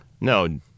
No